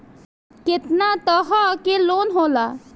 केतना तरह के लोन होला?